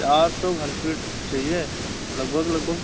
चार सौ घन फ़ीट चाहिए लगभग लगभग